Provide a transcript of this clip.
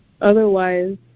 otherwise